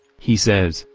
he says,